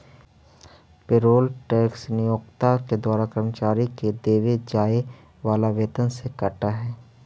payroll tax नियोक्ता के द्वारा कर्मचारि के देवे जाए वाला वेतन से कटऽ हई